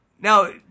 Now